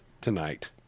tonight